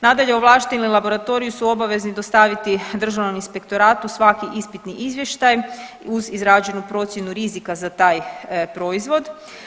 Nadalje, ovlašteni laboratoriji su obavezni dostaviti Državnom inspektoratu svaki ispitni izvještaj uz izrađenu procjenu rizika za taj proizvod.